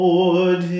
Lord